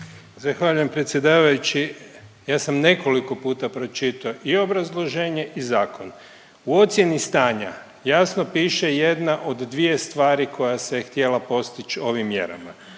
Zahvaljujem predsjedavajući. Ja sam nekoliko puta pročitao i obrazloženje i zakon. U ocjeni stanja jasno piše jedna od dvije stvari koja se je htjela postići ovim mjerama.